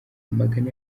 amagana